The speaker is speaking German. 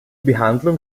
behandlung